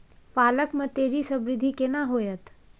पालक में तेजी स वृद्धि केना होयत?